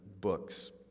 books